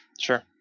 sure